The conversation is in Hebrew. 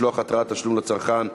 משלוח התראת תשלום לצרכן),